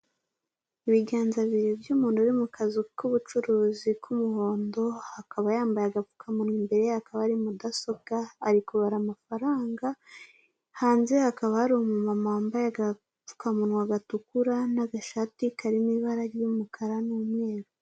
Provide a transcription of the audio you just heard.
Ibiganza bibiri by'umuntu uri mu kazu k'ubucuruzi k'umuhondo, akaba yambaye agapfukamunwa, imbere hakaba hari mudasobwa ari kubara amafaranga, hanze hakaba hari umumama wambaye agapfukamunwa gatukura n'agashati karimo ibara ry'umukara n'umweru.